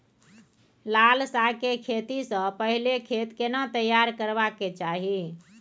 लाल साग के खेती स पहिले खेत केना तैयार करबा के चाही?